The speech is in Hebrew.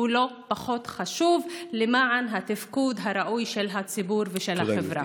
הם לא פחות חשובים לתפקוד הראוי של הציבור ושל החברה.